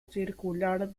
circular